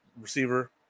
receiver